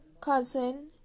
cousin